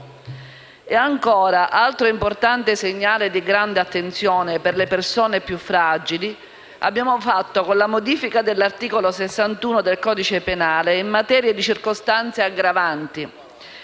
abusivo. Altro importante segnale di grande attenzione alle persone più fragili, con la modifica dell'articolo 61 del codice penale in materia di circostanze aggravanti,